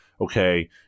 Okay